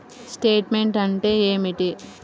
Statement అంటే ఏమిటి?